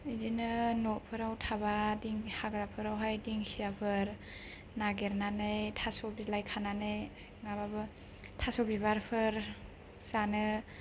इदिनो न'फोराव थाबा हाग्राफोरावहाय दिंखियाफोर नागिरनानै थास' बिलाइ खानानै माबाबो थास' बिबारफोर जानो